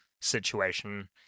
situation